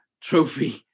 trophy